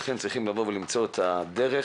לכן צריכים למצוא את הדרך